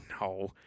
no